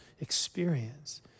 experience